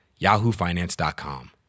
yahoofinance.com